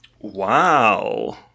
Wow